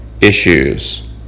issues